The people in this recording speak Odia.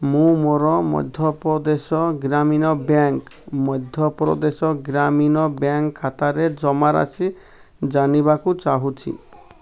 ମୁଁ ମୋର ମଧ୍ୟପ୍ରଦେଶ ଗ୍ରାମୀଣ ବ୍ୟାଙ୍କ୍ ମଧ୍ୟପ୍ରଦେଶ ଗ୍ରାମୀଣ ବ୍ୟାଙ୍କ୍ ଖାତାରେ ଜମାରାଶି ଜାଣିବାକୁ ଚାହୁଁଛି